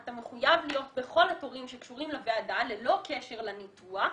אתה מחויב להיות בכל התורים שקשורים לוועדה ללא קשר לניתוח",